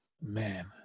man